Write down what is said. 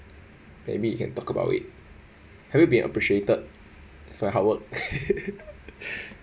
maybe you can talk about it have you been appreciated for your hard work